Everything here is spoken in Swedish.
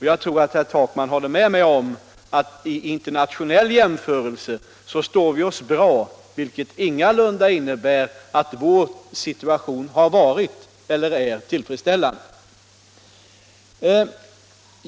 Jag tror att herr Takman håller med mig om att vi vid en internationell jämförelse står oss bra, vilket ingalunda innebär att vår situation har varit eller är tillfredsställande.